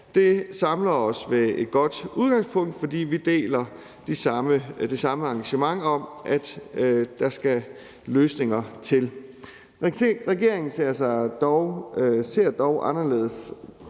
Det samler os ved et godt udgangspunkt, fordi vi deler det samme engagement i, at der skal løsninger til. Regeringen ser dog anderledes